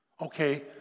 Okay